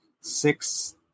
six